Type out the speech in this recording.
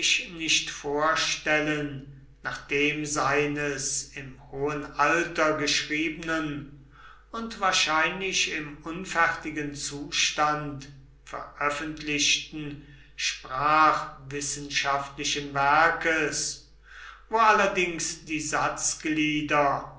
nicht vorstellen nach dem seines im hohen alter geschriebenen und wahrscheinlich im unfertigen zustand veröffentlichten sprachwissenschaftlichen werkes wo allerdings die satzglieder